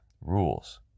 rules